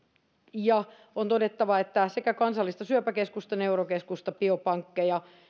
on todettava että sekä kansallista syöpäkeskusta neurokeskusta biopankkeja